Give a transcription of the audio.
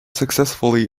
successfully